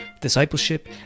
discipleship